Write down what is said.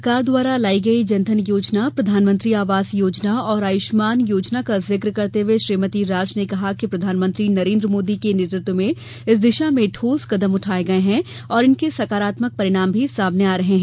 केन्द्र सरकार द्वारा लाई गई जनधन योजना प्रधानमंत्री आवास योजना और आयुष्मान योजना का जिक करते हुए श्रीमती राज ने कहा कि प्रधानमंत्री नरेन्द्र मोदी के नेतृत्व में इस दिशा में ठोस कदम उठाये गये हैं और इनके सकारात्मक परिणाम सामने आ रहे हैं